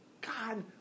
God